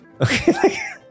Okay